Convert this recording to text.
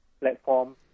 platform